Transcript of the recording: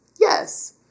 Yes